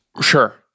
sure